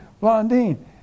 Blondine